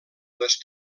les